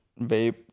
vape